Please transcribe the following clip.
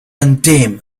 anthem